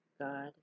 God